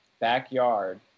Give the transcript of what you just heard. backyard